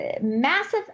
massive